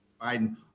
Biden